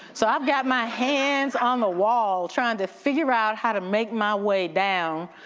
so i've got my hands on the wall trying to figure out how to make my way down,